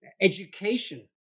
education